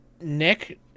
Nick